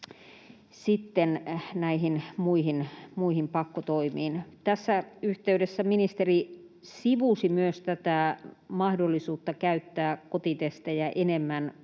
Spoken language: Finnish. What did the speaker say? kuin muihin pakkotoimiin. Tässä yhteydessä ministeri sivusi myös mahdollisuutta käyttää kotitestejä enemmän koululaisten